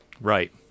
right